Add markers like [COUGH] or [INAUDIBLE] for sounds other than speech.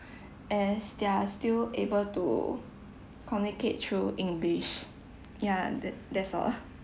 as they are still able to communicate through english yeah tha~ that's all [LAUGHS]